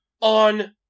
on